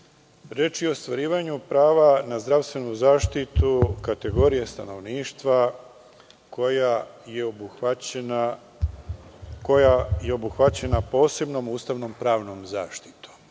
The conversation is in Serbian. Reč je o ostvarivanju prava na zdravstvenu zaštitu kategorije stanovništva koja je obuhvaćena posebnom ustavnom pravnom zaštitom